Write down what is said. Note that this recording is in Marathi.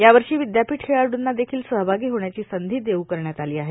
यावर्षी विद्यापीठ खेळाडूंना देखील सहभागी होण्याची संधी देऊ करण्यात आली आहे